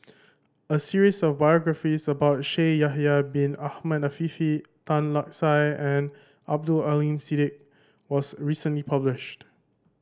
a series of biographies about Shaikh Yahya Bin Ahmed Afifi Tan Lark Sye and Abdul Aleem Siddique was recently published